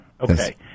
Okay